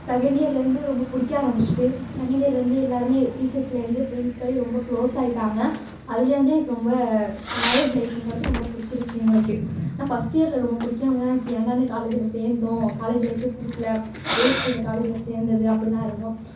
second இயர்லேருந்து ரொம்ப பிடிக்க ஆரம்பிச்சுட்டு செகண்ட் இயர்லேருந்து எல்லோருமே டீச்சர்ஸ்லேருந்து ப்ரின்ஸ்பல் ரொம்ப க்ளோஸ் ஆகிட்டாங்க அதுலேருந்தே எனக்கு ரொம்ப காலேஜ் லைஃப்ங்கிறது ரொம்ப பிடிச்சிருச்சி எங்களுக்கு ஆனால் ஃபஸ்ட் இயரில் ரொம்ப பிடிக்காம தான் இருந்துச்சு ஏன்டா இந்த காலேஜில் சேந்தோம் காலேஜ் லைஃப்பே பிடிக்கல வேஸ்ட்டு இந்த காலேஜில் சேர்ந்தது அப்படின்லாம் இருந்தோம்